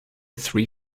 three